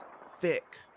thick